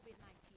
COVID-19